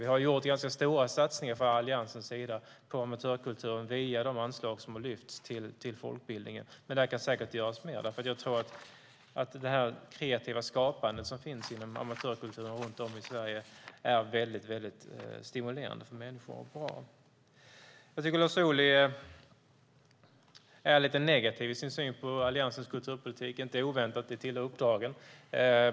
Vi har gjort ganska stora satsningar från Alliansens sida på amatörkulturen via de anslag som folkbildningen har fått. Men det kan säkert göras mer. Jag tror att det kreativa skapande som finns inom amatörkulturen runt om i Sverige är stimulerande och bra för människor. Jag tycker att Lars Ohly är lite negativ i sin syn på Alliansens kulturpolitik. Det är inte oväntat; det tillhör uppdraget.